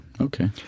Okay